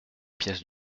pièces